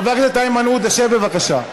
חבר הכנסת איימן עודה, שב, בבקשה.